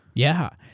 yeah.